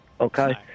okay